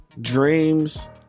Dreams